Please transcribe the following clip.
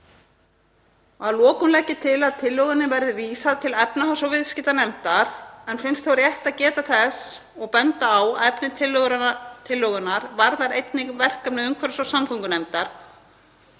Að lokum legg ég til að tillögunni verði vísað til efnahags- og viðskiptanefndar en finnst þó rétt að geta þess og benda á að efni tillögunnar varðar einnig verkefni umhverfis- og samgöngunefndar